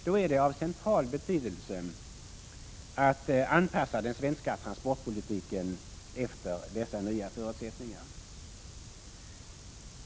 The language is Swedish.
Då är det av central betydelse att anpassa den svenska transportpolitiken efter dessa nya förutsättningar.